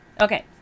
okay